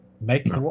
make